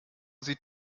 sieht